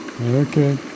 Okay